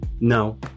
No